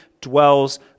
dwells